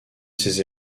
ses